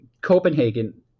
Copenhagen